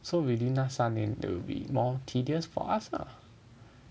so within 那三年 it will be more tedious for us lah